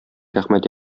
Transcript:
рәхмәт